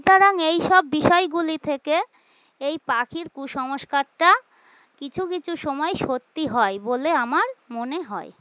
সুতরাং এই সব বিষয়গুলি থেকে এই পাখির কুসংস্কারটা কিছু কিছু সময় সত্যি হয় বলে আমার মনে হয়